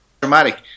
dramatic